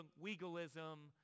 legalism